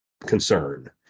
concern